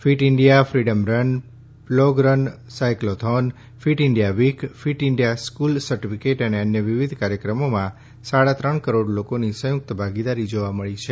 fit India freedom run plog run cyclothon fit India week fit India school certificate અને અન્ય વિવિધ કાર્યક્રમોમાં સાડા ત્રણ કરોડ લોકોની સંયુક્ત ભાગીદારી જોવા મળી છે